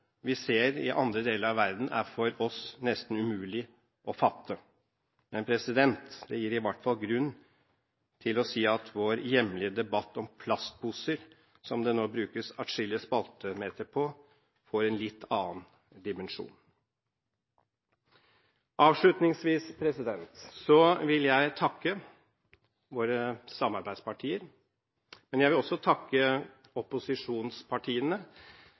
vi ser i andre deler av verden, er for oss nesten umulig å fatte. Men det gir i hvert fall grunn til å si at vår hjemlige debatt om plastposer, som det nå brukes atskillige spaltemeter på, får en litt annen dimensjon. Avslutningsvis vil jeg takke våre samarbeidspartier, men jeg vil også takke opposisjonspartiene,